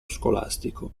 scolastico